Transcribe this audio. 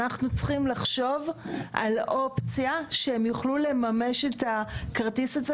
אנחנו צריכים לחשוב על אופציה שהם יוכלו לממש את הכרטיס הזה,